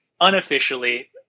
unofficially